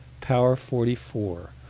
power forty four,